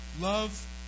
Love